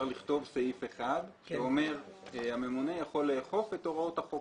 אפשרי, זה תלוי בהצבעה של ועדת הכספים.